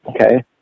okay